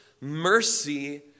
mercy